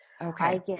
Okay